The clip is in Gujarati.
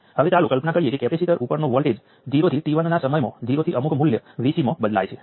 હવે કરંટ સોર્સનો કેસ વોલ્ટેજ સોર્સ જેવો જ છે